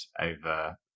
over